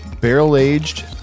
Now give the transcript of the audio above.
barrel-aged